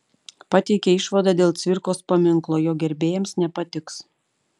pateikė išvadą dėl cvirkos paminklo jo gerbėjams nepatiks